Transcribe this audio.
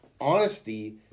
Honesty